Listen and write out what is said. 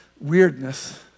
weirdness